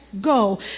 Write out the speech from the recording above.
go